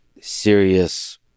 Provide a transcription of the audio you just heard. serious